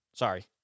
Sorry